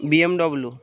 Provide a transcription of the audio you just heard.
BMW